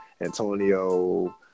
Antonio